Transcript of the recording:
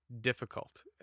difficult